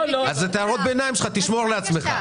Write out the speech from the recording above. אז את הערות הביניים שלך תשמור לעצמך.